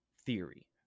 theory